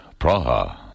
Praha